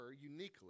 uniquely